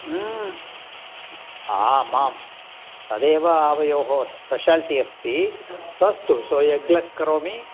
म् आम् आम् तदेव आवयोः स्पेशाल्टि अस्ति स्वस्तु सो एग्लेस् करोमि